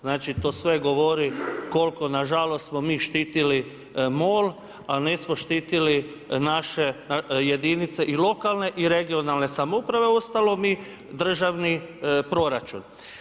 Znači to sve govori koliko na žalost smo mi štitili MOL, a nismo štitili naše jedinice i lokalne i regionalne samouprave ostalo mi, državni proračun.